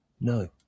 No